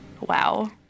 Wow